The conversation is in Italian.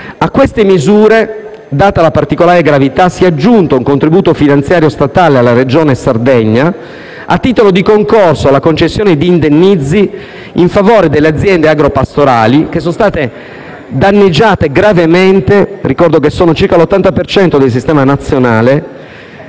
A queste misure, data la particolare gravità, si è aggiunto un contributo finanziario statale a favore della Regione Sardegna, a titolo di concorso alla concessione di indennizzi in favore delle aziende agropastorali che sono state danneggiate gravemente dagli eventi siccitosi registrati nel